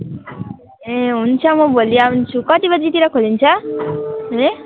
ए हुन्छ म भोलि आउँछु कति बजेतिर खोलिन्छ रे